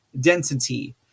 density